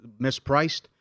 mispriced